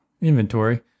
inventory